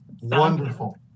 Wonderful